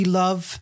love